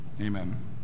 amen